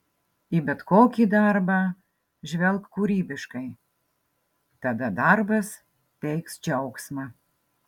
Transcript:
į bet kokį darbą žvelk kūrybiškai tada darbas teiks džiaugsmą